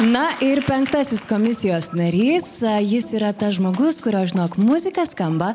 na ir penktasis komisijos narys jis yra tas žmogus kurio žinok muzika skamba